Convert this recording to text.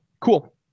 cool